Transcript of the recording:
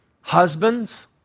Husbands